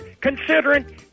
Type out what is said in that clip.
considering